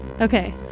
Okay